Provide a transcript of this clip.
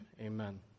Amen